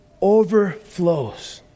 overflows